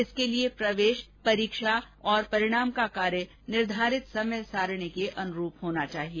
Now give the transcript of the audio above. इसके लिए प्रवेश परीक्षा और परिणाम का कार्य निर्धारित समय सारणी के अनुरूप होना चाहिए